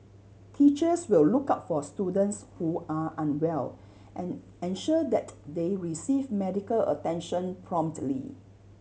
teachers will look out for students who are unwell and ensure that they receive medical attention promptly